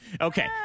Okay